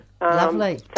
Lovely